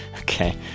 Okay